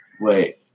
Wait